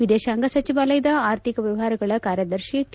ವಿದೇಶಾಂಗ ಸಚಿವಾಲಯದ ಆರ್ಥಿಕ ವ್ಯವಹಾರಗಳ ಕಾರ್ಯದರ್ಶಿ ಟಿ